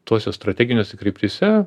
tose strateginėse kryptyse